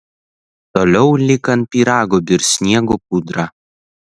toliau lyg ant pyrago birs sniego pudra